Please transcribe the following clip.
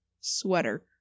sweater